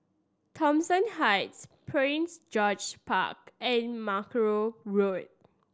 Thomson Heights Prince George Park and Mackerrow Road